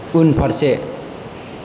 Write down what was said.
उनफारसे